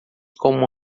como